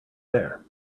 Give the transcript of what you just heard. there